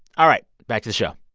all right. back to the show